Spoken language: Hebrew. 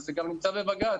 וזה גם נמצא בבג"ץ.